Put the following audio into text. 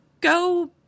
go